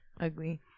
ugly